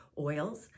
oils